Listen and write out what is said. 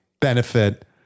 benefit